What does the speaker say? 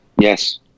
Yes